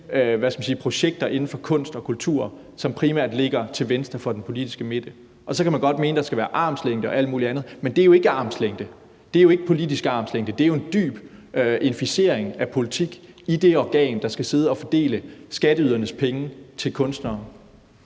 projekter inden for kunst og kultur, som ligger til venstre for den politiske midte. Og så kan man godt mene, at der skal være armslængde og alt muligt andet, men her er der jo ikke armslængde. Her er der jo ikke politisk armslængde. Det er jo en dyb inficering af politik i det organ, der skal sidde og fordele skatteydernes penge til kunstnere.